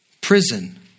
Prison